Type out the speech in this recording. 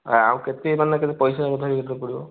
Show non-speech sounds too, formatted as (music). ଆଉ କେତେ ମାନେ ପଇସା (unintelligible) ପଡ଼ିବ